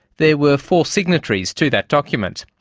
there were four signatories to that document.